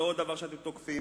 זה עוד דבר שאתם תוקפים,